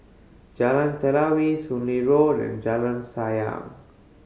Jalan Telawi Soon Lee Road and Jalan Sayang